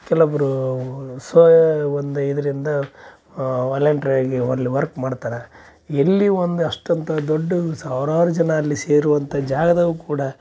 ಕೆಲವೊಬ್ರು ಸ್ವ ಒಂದು ಇದರಿಂದ ವಾಲಂಟ್ರಿಯಾಗಿ ಅಲ್ಲಿ ವರ್ಕ್ ಮಾಡ್ತಾರೆ ಇಲ್ಲಿ ಒಂದು ಅಷ್ಟೊಂದು ದೊಡ್ಡ ಸಾವ್ರಾರು ಜನ ಅಲ್ಲಿ ಸೇರುವಂಥ ಜಾಗ್ದಾಗ ಕೂಡ